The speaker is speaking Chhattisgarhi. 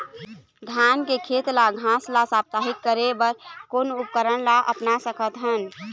धान के खेत ले घास ला साप्ताहिक करे बर कोन उपकरण ला अपना सकथन?